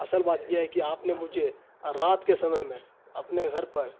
اصل بات یہ ہے کہ آپ نے مجھے رات کے سمے میں اپنے گھر پر